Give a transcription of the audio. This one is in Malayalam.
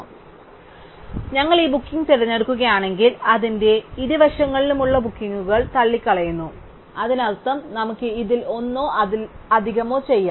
അതിനാൽ ഞങ്ങൾ ഈ ബുക്കിംഗ് തിരഞ്ഞെടുക്കുകയാണെങ്കിൽ അതിന്റെ ഇരുവശങ്ങളിലുമുള്ള ബുക്കിംഗുകൾ ഞങ്ങൾ തള്ളിക്കളയുന്നു അതിനർത്ഥം നമുക്കും ഇതിൽ ഒന്നോ അതിലധികമോ ചെയ്യാം